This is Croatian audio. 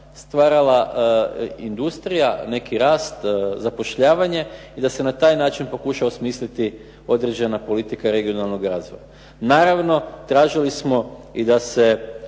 stvarala industrija, neki rast, zapošljavanje i da se na taj način pokuša osmisliti određena politika regionalnog razvoja. Naravno tražili smo i da se